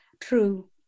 true